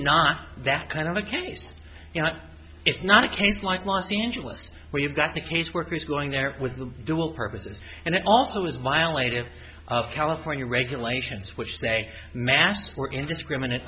not that kind of a case you know it's not a case like los angeles where you got the case workers going there with the dual purposes and it also was violated california regulations which say mass for indiscriminate